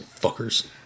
Fuckers